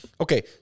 Okay